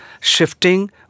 shifting